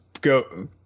go